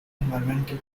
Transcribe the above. environmental